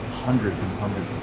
hundreds of hundred